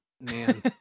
man